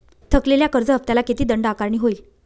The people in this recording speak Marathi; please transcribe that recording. थकलेल्या कर्ज हफ्त्याला किती दंड आकारणी होईल?